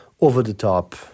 over-the-top